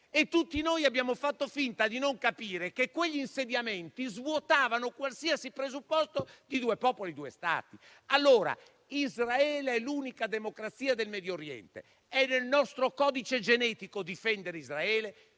Tutti noi abbiamo fatto finta di non capire che quegli insediamenti svuotavano qualsiasi presupposto di due popoli, due Stati. Israele è allora l'unica democrazia del Medio Oriente; è nel nostro codice genetico difendere Israele,